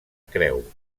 creu